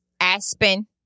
Aspen